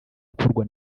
ukorwa